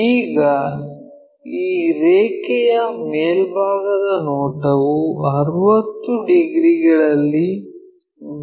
ಈಗ ಈ ರೇಖೆಯ ಮೇಲ್ಭಾಗದ ನೋಟವು 60 ಡಿಗ್ರಿಗಳಲ್ಲಿ ವಿ